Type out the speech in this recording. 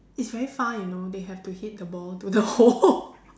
it's very far you know they have to hit the ball to the hole